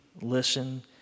listen